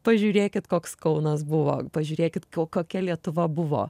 pažiūrėkit koks kaunas buvo pažiūrėkit kokia lietuva buvo